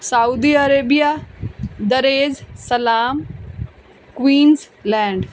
Saudi Arabia dar es salaam Queensland